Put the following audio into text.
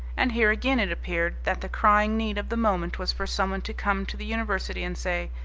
and here again it appeared that the crying need of the moment was for someone to come to the university and say,